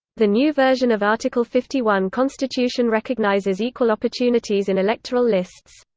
the new version of article fifty one constitution recognizes equal opportunities in electoral lists.